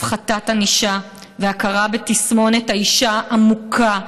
הפחתת ענישה והכרה בתסמונת האישה המוכה.